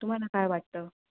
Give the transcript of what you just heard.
तुम्हाला काय वाटतं